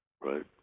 Right